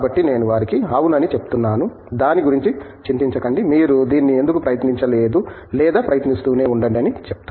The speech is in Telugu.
కాబట్టి నేను వారికి అవును అని చెప్తున్నాను దాని గురించి చింతించకండి మీరు దీన్ని ఎందుకు ప్రయత్నించలేదు లేదా ప్రయత్నిస్తూనే ఉండండి అని చెప్తాను